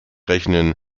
rechnen